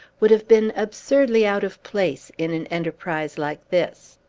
would have been absurdly out of place in an enterprise like this.